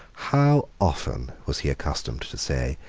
how often, was he accustomed to say,